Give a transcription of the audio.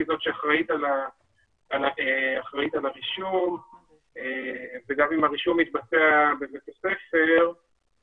זו שאחראית על הרישום וגם אם הרישום מתבצע בבית הספר,